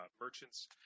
merchants